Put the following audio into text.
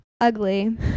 ugly